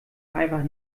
einfach